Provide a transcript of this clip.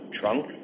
trunk